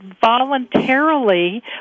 voluntarily